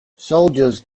soldiers